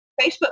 Facebook